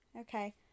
okay